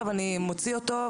אני מוציא אותו,